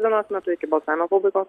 dienos metu iki balsavimo pabaigos